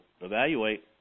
evaluate